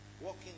Walking